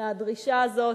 לדרישה הזו.